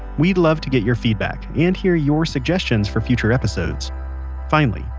we'd love to get your feedback and hear your suggestions for future episodes finally,